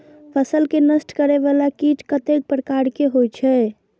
फसल के नष्ट करें वाला कीट कतेक प्रकार के होई छै?